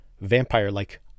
vampire-like